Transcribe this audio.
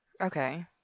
okay